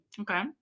Okay